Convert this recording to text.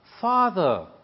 Father